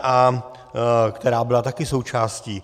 ODA, která byla také součástí.